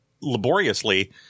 laboriously